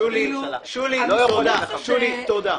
שולי, תודה.